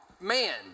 man